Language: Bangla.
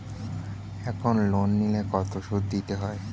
এখন লোন নিলে কত সুদ দিতে হয়?